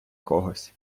когось